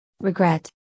regret